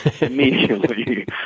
immediately